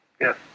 Yes